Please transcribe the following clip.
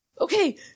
okay